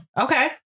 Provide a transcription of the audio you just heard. Okay